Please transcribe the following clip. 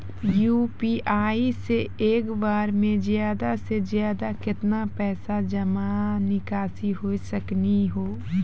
UPI से एक बार मे ज्यादा से ज्यादा केतना पैसा जमा निकासी हो सकनी हो?